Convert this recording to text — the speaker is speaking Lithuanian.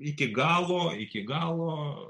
iki galo iki galo